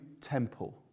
temple